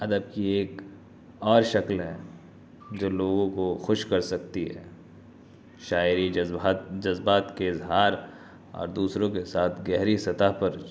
ادب کی ایک اور شکل ہے جو لوگوں کو خوش کر سکتی ہے شاعری جذبات جذبات کے اظہار اور دوسروں کے ساتھ گہری سطح پر